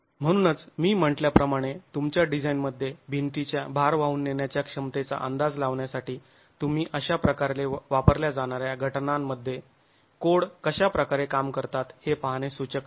म्हणूनच मी म्हंटल्याप्रमाणे तुमच्या डिझाइनमध्ये भिंतीच्या भार वाहून नेण्याच्या क्षमतेचा अंदाज लावण्यासाठी तुम्ही अशा प्रकारे वापरल्या जाणाऱ्या घटनांमध्ये कोड कशा प्रकारे काम करतात हे पाहणे सूचक असेल